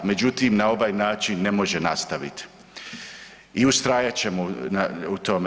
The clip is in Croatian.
Međutim, na ovaj način ne može nastaviti i ustrajat ćemo u tome.